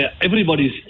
everybody's